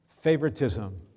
Favoritism